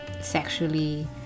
sexually